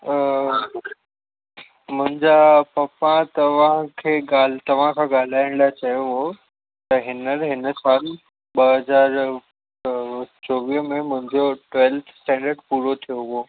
मुंहिंजा पप्पा तव्हांखे ॻाल्हि तव्हांखां ॻाल्हाइण लाइ चयो हो त हिनल हिन साल ॿ हज़ार चोवीह में मुंहिंजो ट्वेल्थ स्टैंडर्ड पूरो थियो हुओ